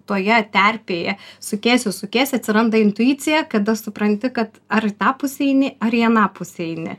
toje terpėje sukiesi sukiesi atsiranda intuicija kada supranti kad ar į tą pusę eini ar į aną pusę eini